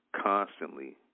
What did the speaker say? constantly